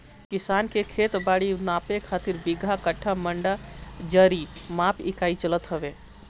किसान के खेत बारी नापे खातिर बीघा, कठ्ठा, मंडा, जरी माप इकाई चलत हवे